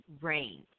rain